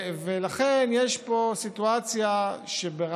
אבל יש פה סיטואציה, גם